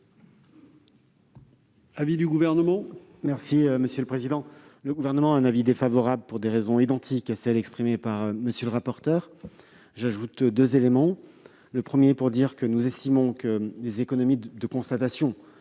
l'avis du Gouvernement ?